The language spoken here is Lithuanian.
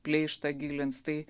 pleištą gilins tai